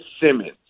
Simmons